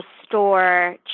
restore